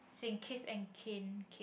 saying Keith and kin